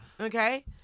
Okay